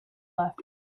left